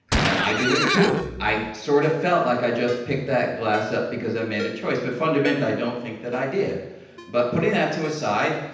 and i do it too. i sort of felt like i just picked that glass up because i made a choice. but fundamentally, i don't think that i did but putting that to aside,